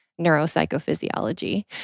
neuropsychophysiology